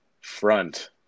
front